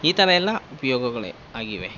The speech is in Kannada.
ಈ ತರಯೆಲ್ಲ ಉಪಯೋಗಗಳೇ ಆಗಿವೆ